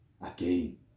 Again